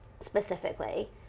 specifically